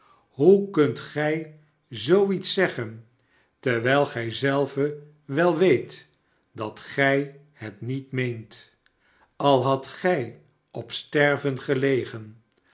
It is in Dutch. hoe kunt gij zoo iets zeggen terwijl gij zelve wel weet dat gij het niet meent al hadt gij op sterven gelegen